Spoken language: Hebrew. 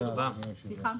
סליחה,